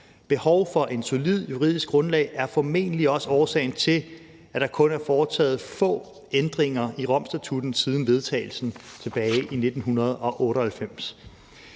Behov for et solidt juridisk grundlag er formentlig også årsagen til, at der kun er foretaget få ændringer i Romstatutten siden vedtagelsen tilbage i 1998.